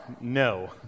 No